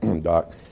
Doc